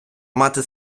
мати